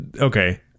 okay